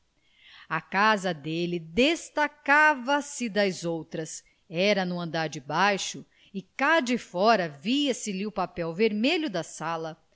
a casa dele destacava-se das outras era no andar de baixo e cá de fora via-se-lhe o papel vermelho da sala